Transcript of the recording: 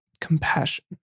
Compassion